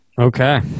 Okay